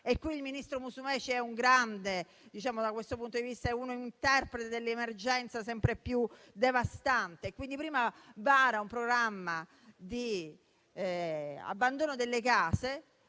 di vista, è un grande interprete dell'emergenza sempre più devastante: prima vara un programma di abbandono delle case